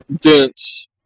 dense